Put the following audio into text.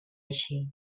així